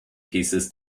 pieces